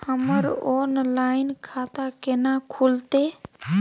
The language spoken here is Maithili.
हमर ऑनलाइन खाता केना खुलते?